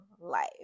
life